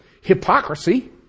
hypocrisy